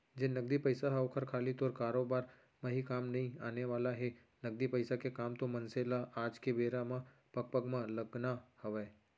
जेन नगदी पइसा हे ओहर खाली तोर कारोबार म ही काम नइ आने वाला हे, नगदी पइसा के काम तो मनसे ल आज के बेरा म पग पग म लगना हवय